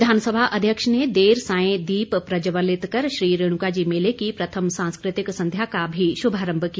विधानसभा अध्यक्ष ने देर सांय दीप प्रज्जवलित कर श्री रेणुका जी मेले की प्रथम सांस्कृतिक संध्या का भी शुभारंभ किया